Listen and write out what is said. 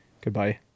Goodbye